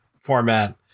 format